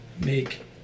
make